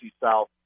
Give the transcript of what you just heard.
South